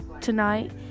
tonight